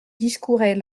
discourait